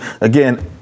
again